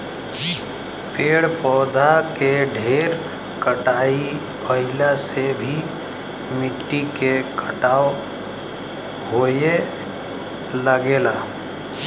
पेड़ पौधा के ढेर कटाई भइला से भी मिट्टी के कटाव होये लगेला